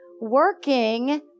Working